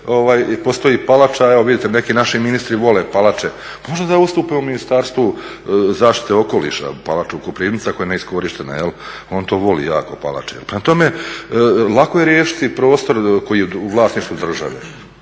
postoji palača, evo vidite neki naši ministru vole palače, možda da ustupe Ministarstvu zaštite okoliša palaču u Koprivnici ako je neiskorištena. On to voli jako, palače. Prema tome, lako je riješiti prostor koji je u vlasništvu države